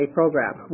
program